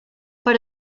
per